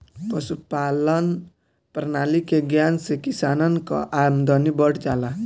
पशुपालान प्रणाली के ज्ञान से किसानन कअ आमदनी बढ़ जाला